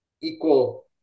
equal